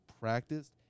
practiced